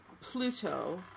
Pluto